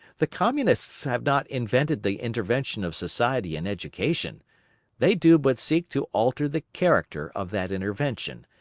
the communists have not invented the intervention of society in education they do but seek to alter the character of that intervention,